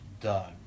Doug